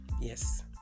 yes